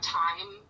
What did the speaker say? time